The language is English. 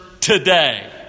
today